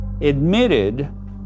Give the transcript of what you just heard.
admitted